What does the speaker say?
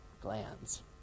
glands